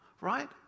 right